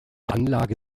anlage